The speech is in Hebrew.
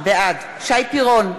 בעד שי פירון,